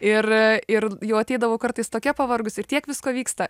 ir ir jau ateidavau kartais tokia pavargus ir tiek visko vyksta